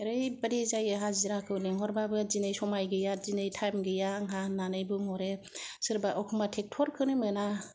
ओरैबादि जायो हाजिराखौ लिंहरबाबो दिनै समाय गैया दिनै टाइम गैया आंहा होननानै बुंहरो सोरबा एखम्बा ट्रेक्टरखौनो मोना